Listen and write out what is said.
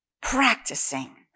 practicing